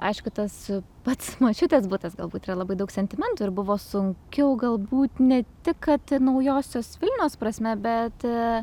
aišku tas pats močiutės butas galbūt yra labai daug sentimentų ir buvo sunkiau galbūt ne tik kad naujosios vilnios prasme bet